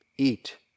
Eat